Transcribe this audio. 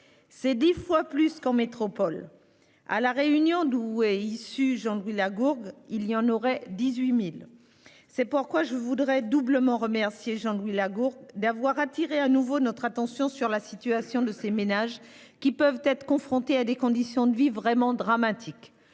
C'est dix fois plus qu'en métropole ! À La Réunion, le département de Jean-Louis Lagourgue, il y en aurait 18 000. C'est pourquoi je voudrais doublement remercier Jean-Louis Lagourgue : tout d'abord, pour attirer de nouveau notre attention sur la situation de ces ménages qui sont confrontés à des conditions de vie vraiment dramatiques,